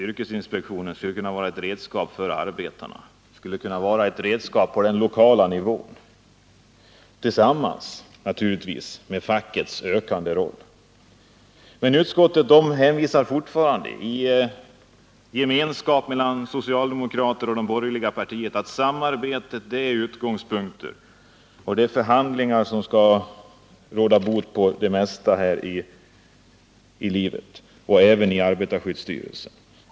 Yrkesinspektionen skulle ju kunna vara ett redskap för arbetarna, på den lokala nivån tillsammans med fackets representanter. Men utskottet hänvisar fortfarande, i gemenskap mellan socialdemokraterna och de borgerliga partierna, att samarbetet är utgångspunkten. Förhandlingar skall råda bot på det mesta här livet, även på arbetarskyddsstyrelsen.